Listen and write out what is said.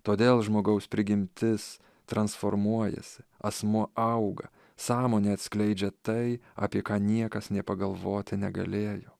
todėl žmogaus prigimtis transformuojasi asmuo auga sąmonė atskleidžia tai apie ką niekas nė pagalvoti negalėjo